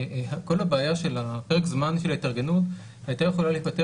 כל הבעיה של הפרק הזמן של ההתארגנות הייתה יכולה להיפתר